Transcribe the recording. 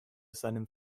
seinem